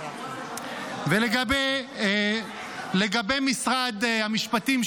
ולגבי משרד המשפטים,